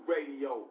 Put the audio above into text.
Radio